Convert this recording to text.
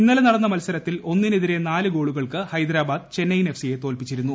ഇന്നലെ നടന്ന മത്സരത്തിൽ ഒന്നിനെതിരെ നാല് ഗോളുകൾക്ക് ഹൈദരാബാദ് ചെന്നൈയിൻ എഫ്സിയെ തോൽപ്പിച്ചിരുന്നു